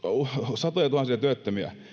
satojatuhansia työttömiä